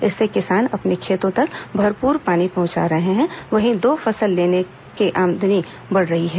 इससे किसान अपने खेतों तक भरपूर पानी पहुंचा रहे हैं वहीं दो फसल लेने से उनकी आमदनी भी बढ़ी है